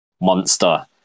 monster